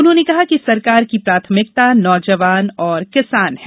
उन्होंने कहा कि सरकार की प्राथमिकता नौजवान व किसान है